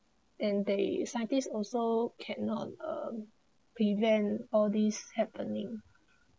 and they scientists also cannot uh prevent all this happening